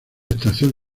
estación